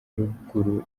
ruguru